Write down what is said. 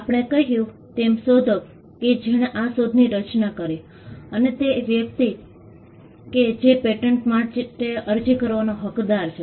આપણે કહ્યું તેમ શોધક કે જેણે આ શોધની રચના કરી અને તે એ વ્યક્તિ છે કે જે પેટન્ટ માટે અરજી કરવાનો હકદાર છે